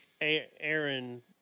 Aaron